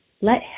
let